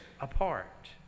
apart